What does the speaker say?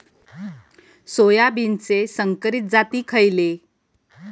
सोयाबीनचे संकरित जाती खयले?